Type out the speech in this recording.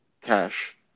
cash